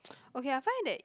okay I find that